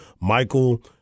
Michael